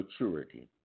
maturity